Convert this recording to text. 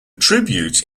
tribute